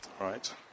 right